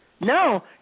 No